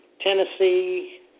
Tennessee